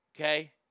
Okay